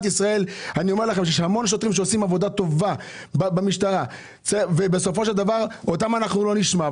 יש המון שוטרים שעושים עבודה טוב במשטרה ובסופו של דבר אותם לא נשמע.